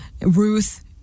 Ruth